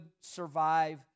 survive